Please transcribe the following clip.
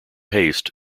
haste